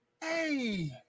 Hey